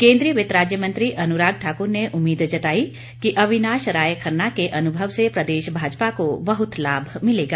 केन्द्रीय वित्त राज्य मंत्री अनुराग ठाकुर ने उम्मीद जताई कि अविनाश राय खन्ना राज्य के अनुभव से प्रदेश भाजपा को बहुत लाभ मिलेगा